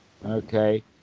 Okay